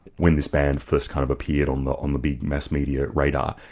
when these bands first kind of appeared on the on the big mass media radar,